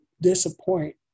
disappoint